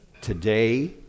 today